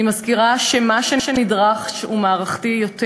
אני מזכירה שמה שנדרש הוא מערכתי יותר.